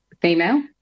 female